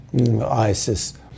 Isis